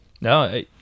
No